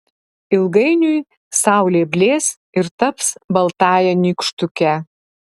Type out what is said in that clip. ilgainiui saulė blės ir taps baltąja nykštuke